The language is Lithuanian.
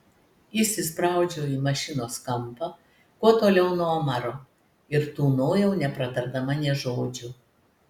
įsispraudžiau į mašinos kampą kuo toliau nuo omaro ir tūnojau nepratardama nė žodžio